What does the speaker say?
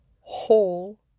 whole